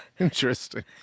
Interesting